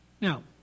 Now